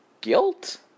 guilt